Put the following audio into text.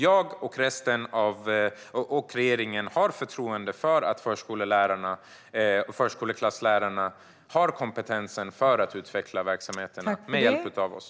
Jag och regeringen har förtroende för att förskoleklasslärarna har kompetens att utveckla verksamheten med hjälp av oss.